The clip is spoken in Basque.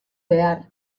behar